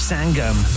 Sangam